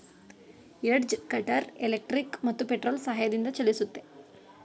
edge cutter electric ಮತ್ತು petrol ಸಹಾಯದಿಂದ ಚಲಿಸುತ್ತೆ